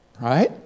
right